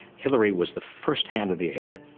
hillary was the first hand in the air,